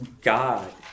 God